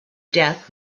death